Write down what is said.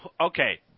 Okay